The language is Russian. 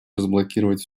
разблокировать